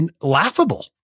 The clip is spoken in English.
laughable